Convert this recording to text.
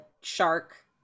shark